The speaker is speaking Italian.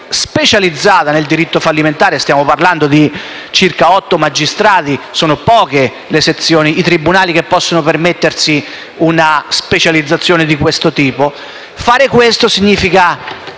specializzata nel diritto fallimentare (stiamo parlando di circa otto magistrati e sono pochi i tribunali che possono permettersi una specializzazione di questo tipo), significa